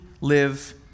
live